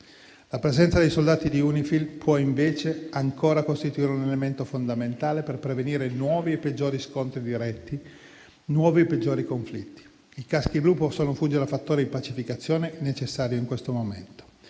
La presenza dei soldati di UNIFIL può invece ancora costituire un elemento fondamentale per prevenire nuovi e peggiori scontri diretti, nuovi e peggiori conflitti. I caschi blu possono fungere da fattore di pacificazione necessario in questo momento.